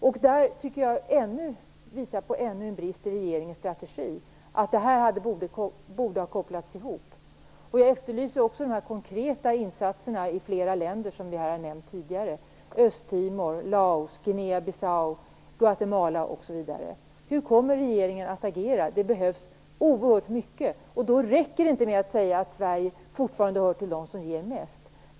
Det här tycker jag visar på ännu en brist i regeringens strategi: Det här borde ha kopplats ihop. Jag efterlyser också konkreta insatser i flera länder som vi har nämnt tidigare: Östtimor, Laos, Guinea Bissau, Guatemala osv. Hur kommer regeringen att agera? Det behövs oerhört mycket. Och då räcker det inte med att säga att Sverige fortfarande hör till dem som ger mest.